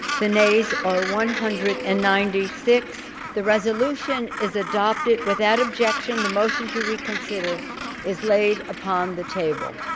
the nays are one hundred and ninety six the resolution is adopted without objection. the motion to reconsider is laid upon the table